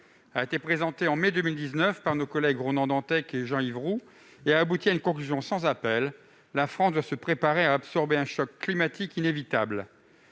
a été présenté en mai 2019 par nos collègues Ronan Dantec et Jean-Yves Roux. Sa conclusion est sans appel : la France doit « se préparer à absorber un choc climatique inévitable